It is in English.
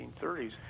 1930s